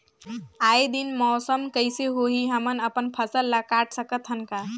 आय दिन मौसम कइसे होही, हमन अपन फसल ल काट सकत हन का?